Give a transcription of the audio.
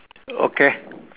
okay